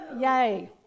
Yay